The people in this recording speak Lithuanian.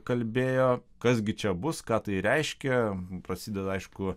kalbėjo kas gi čia bus ką tai reiškia prasideda aišku